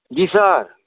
जी sir